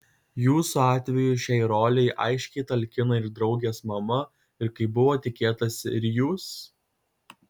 jūsų atveju šiai rolei aiškiai talkina ir draugės mama ir kaip buvo tikėtasi ir jūs